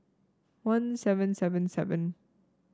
one seven seven seven